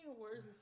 Words